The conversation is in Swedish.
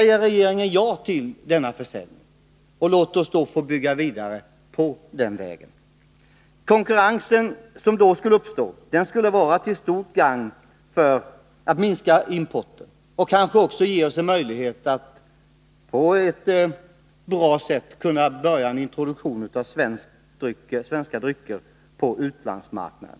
Säger regeringen ja till denna försäljning och låter oss få bygga vidare på detta? Den konkurrens som då skulle uppstå vore till stort gagn när det gäller att minska importen, och den skulle kanske också ge oss en möjlighet att börja introducera svenska drycker på utlandsmarknaden.